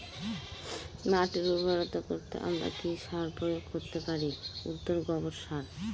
মাটির উর্বরতা বাড়াতে আমরা কি সার প্রয়োগ করতে পারি?